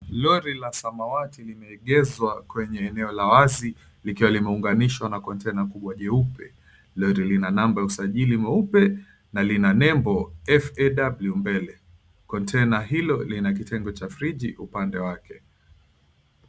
Lori la samawati limeegezwa kwenye eneo la wazi likiwa limeunganishwa na container nyeupe. Lori lina namaba ya usajili mweupe na lina nembo "FAW"mbele. Container hilo lina nembo ya friji mbele yake.